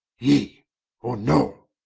yea or no?